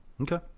Okay